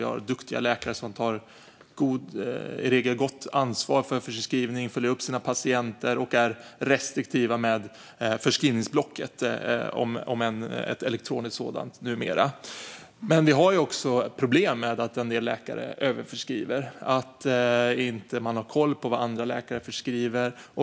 Vi har duktiga läkare som i regel tar gott ansvar för förskrivningen, följer upp sina patienter och är restriktiva med användningen av förskrivningsblocket - om än ett elektroniskt sådant numera. Men vi har också problem med att en del läkare överförskriver och att man inte har koll på vad andra läkare förskriver.